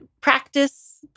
practice